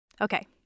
Okay